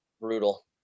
brutal